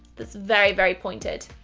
that's very, very pointed.